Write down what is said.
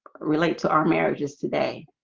relate to our marriages today